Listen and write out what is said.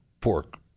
pork